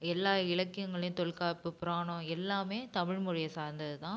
எல்லா இலக்கியங்கள்லேயும் தொல்காப்பு புராணம் எல்லாமே தமிழ் மொழியை சார்ந்தது தான்